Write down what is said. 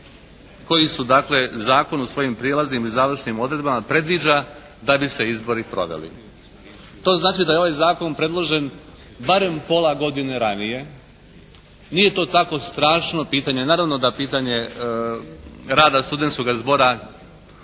koji su dakle zakon u svojim prijelaznim i završnim odredbama predviđa da bi se izbori proveli. To znači da je ovaj zakon predložen barem pola godine ranije. Nije to tako strašno pitanje. Naravno da pitanje rada studentskoga zbora je važno